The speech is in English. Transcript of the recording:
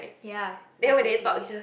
ya exactly